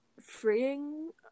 freeing